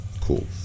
cool